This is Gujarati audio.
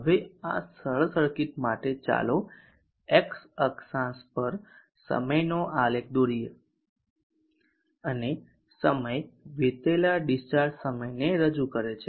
હવે આ સરળ સર્કિટ માટે ચાલો x અક્ષાંશ પર સમયનો આલેખ દોરીએ અને સમય વીતેલા ડીસ્ચાર્જ સમયને રજૂ કરે છે